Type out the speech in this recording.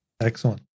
Excellent